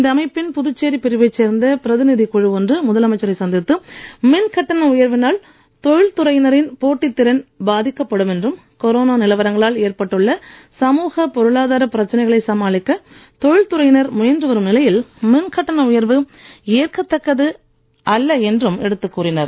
இந்த அமைப்பின் புதுச்சேரி பிரிவைச் சேர்ந்த பிரதிநிதிக் குழு ஒன்று முதலமைச்சரை சந்தித்து மின் கட்டண உயர்வினால் தொழில்துறையினரின் போட்டித் திறன் பாதிக்கப் படும் என்றும் கொரோனா நிலவரங்களால் ஏற்பட்டுள்ள சமூகப் பொருளாதார பிரச்சனைகளை சமாளிக்க தொழில்துறையினர் முயன்று வரும் நிலையில் மின்கட்டண உயர்வு ஏற்கத்தக்கதாக இராது என்றும் எடுத்துக் கூறினர்